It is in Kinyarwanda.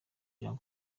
jean